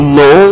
no